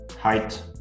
height